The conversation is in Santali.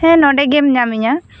ᱦᱮᱸ ᱱᱚᱸᱰᱮ ᱜᱮᱢ ᱧᱟᱹᱢᱤᱧᱟᱹ